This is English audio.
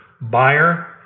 Buyer